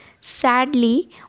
Sadly